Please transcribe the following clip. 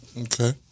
Okay